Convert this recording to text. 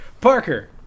Parker